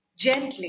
Gently